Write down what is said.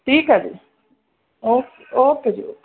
ਠੀਕ ਹੈ ਜੀ ਓਕੇ ਓਕੇ ਜੀ ਓਕੇ